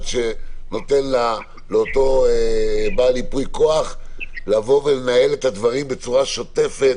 שנותן לאותו בעל ייפוי כוח לבוא ולנהל את הדברים בצורה שוטפת